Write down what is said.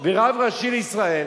ורב ראשי לישראל,